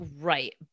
Right